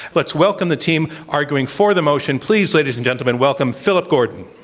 let s welcome the team arguing for the motion. please, ladies and gentlemen, welcome philip gordon.